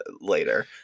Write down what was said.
later